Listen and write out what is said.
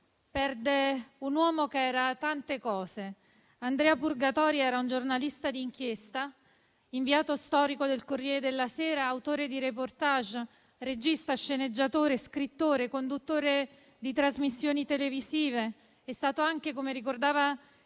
perde un uomo che era tante cose. Andrea Purgatori era un giornalista d'inchiesta, inviato storico del «Corriere della sera», autore di *reportage*, regista, sceneggiatore, scrittore, conduttore di trasmissioni televisive. È stato anche - come ricordava